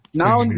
now